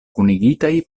kunigitaj